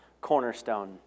Cornerstone